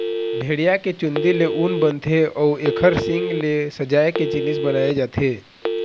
भेड़िया के चूंदी ले ऊन बनथे अउ एखर सींग ले सजाए के जिनिस बनाए जाथे